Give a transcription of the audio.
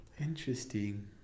Interesting